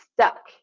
stuck